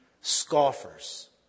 scoffers